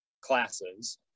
classes